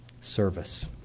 service